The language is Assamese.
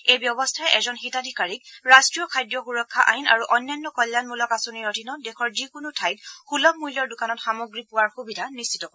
এই ব্যৱস্থাই এজন হিতাধিকাৰীক ৰাষ্ট্ৰীয় খাদ্য সুৰক্ষা আইন আৰু অন্যান্য কল্যাণমূলক আঁচনিৰ অধীনত দেশৰ যিকোনো ঠাইত সুলভ মুল্যৰ দোকানত সামগ্ৰী পোৱাৰ সুবিধা নিশ্চিত কৰিব